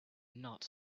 not